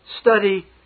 study